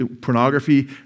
Pornography